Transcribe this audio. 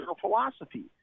philosophy